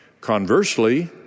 Conversely